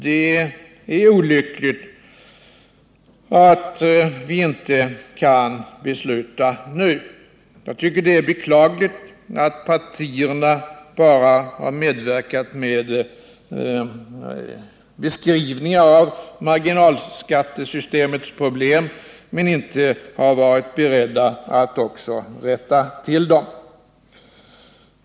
Det är olyckligt att vi inte kan besluta nu. Jag tycker det är beklagligt att partierna bara har medverkat med beskrivningar av marginalskattesystemets problem, men inte har varit beredda att också rätta till dem.